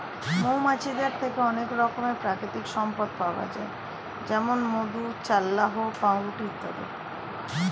মৌমাছিদের থেকে অনেক রকমের প্রাকৃতিক সম্পদ পাওয়া যায় যেমন মধু, চাল্লাহ্ পাউরুটি ইত্যাদি